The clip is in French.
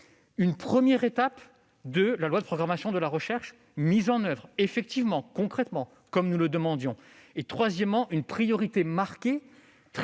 une première étape de la loi de programmation de la recherche mise en oeuvre effectivement, concrètement, comme nous le demandions ; une priorité marquée, très